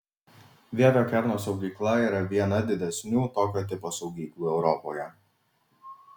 vievio kerno saugykla yra viena didesnių tokio tipo saugyklų europoje